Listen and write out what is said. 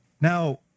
Now